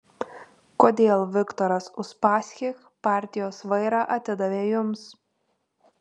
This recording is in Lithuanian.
kodėl viktoras uspaskich partijos vairą atidavė jums